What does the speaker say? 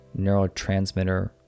neurotransmitter